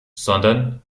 sondern